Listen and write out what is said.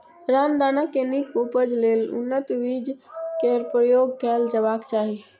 रामदाना के नीक उपज लेल उन्नत बीज केर प्रयोग कैल जेबाक चाही